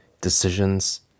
decisions